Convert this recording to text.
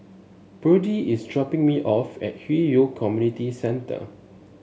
Birdie is dropping me off at Hwi Yoh Community Centre